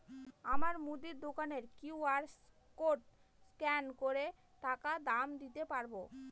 আমার মুদি দোকানের কিউ.আর কোড স্ক্যান করে টাকা দাম দিতে পারব?